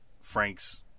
Frank's